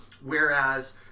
Whereas